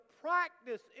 practice